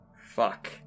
Fuck